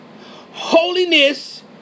Holiness